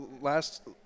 last